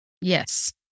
Yes